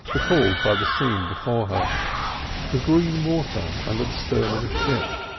recalled by the scene before her the green water under the stern of a ship,